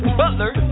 butler